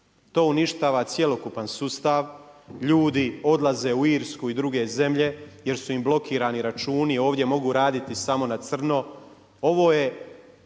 To uništava cjelokupan sustav, ljudi odlaze u Irsku i druge zemlje jer su im blokirani računi, ovdje mogu raditi samo na crno.